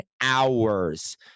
hours